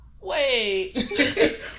Wait